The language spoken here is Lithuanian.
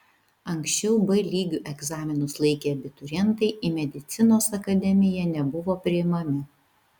anksčiau b lygiu egzaminus laikę abiturientai į medicinos akademiją nebuvo priimami